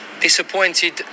Disappointed